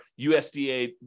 USDA